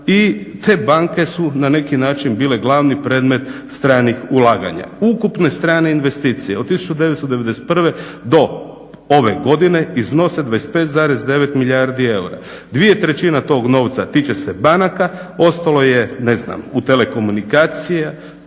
i te banke su na neki način bile glavni predmet stranih ulaganja. Ukupne strane investicije od 1991. do ove godine iznose 25,9 milijardi eura. 2/3 tog novca tiče se banaka, ostalo je u telekomunikacijama,